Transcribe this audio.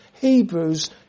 Hebrews